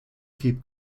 keep